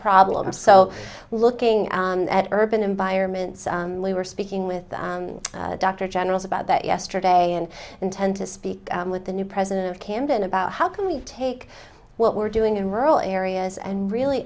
problems so looking at urban environments we were speaking with dr generals about that yesterday and intend to speak with the new president of camden about how can we take what we're doing in rural areas and really